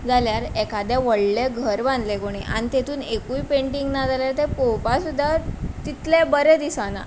जाल्यार एखादें व्हडलें घर बांदलें कोणी आनी तेतून एकूय पेंटींग ना जाल्यार तें पळोवपाक सुद्दां तितलें बरें दिसना